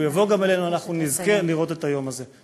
הוא יבוא גם אלינו, אנחנו נזכה לראות את היום הזה.